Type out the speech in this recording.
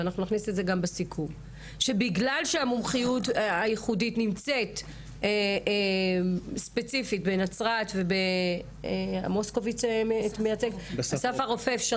בגלל שהמיומנות הייחודית נמצאת בנצרת ובאסף הרופא,